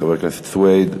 חנא סוייד,